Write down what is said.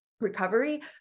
recovery